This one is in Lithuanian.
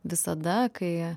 visada kai